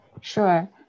Sure